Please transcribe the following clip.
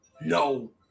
No